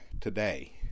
today